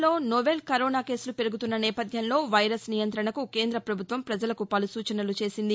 దేశంలో novel corona కేసులు పెరుగుతున్న నేపథ్యంలో వైరస్ నియంత్రణకు కేంద్ర పభుత్వం ప్రపజలకు పలు సూచనలు చేసింది